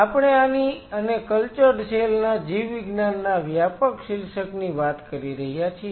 આપણે આની અને કલ્ચરડ સેલ ના જીવવિજ્ઞાનના વ્યાપક શીર્ષકની વાત કરી રહ્યા છીએ